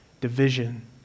division